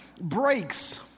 breaks